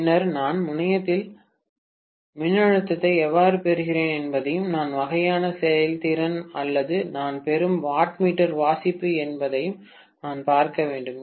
பின்னர் நான் முனையத்தில் மின்னழுத்தத்தை எவ்வாறு பெறுகிறேன் என்பதையும் என்ன வகையான செயல்திறன் அல்லது நான் பெறும் வாட்மீட்டர் வாசிப்பு என்பதையும் நான் பார்க்க வேண்டும்